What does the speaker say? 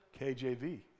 KJV